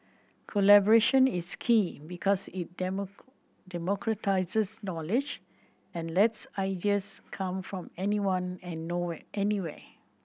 collaboration is key because it democratises knowledge and lets ideas come from anyone and nowhere anywhere